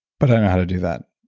but i know how to do that